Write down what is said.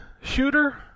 shooter